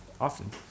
often